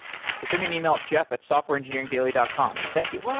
so send me an email at jeff at softwarengineeringdaily dot com. thank you ah